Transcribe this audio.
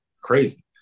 crazy